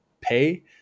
pay